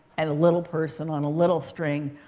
and a little person on a little string,